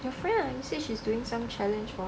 your friend ah you say she's doing some challenge for